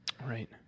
Right